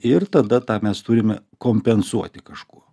ir tada tą mes turime kompensuoti kažkuo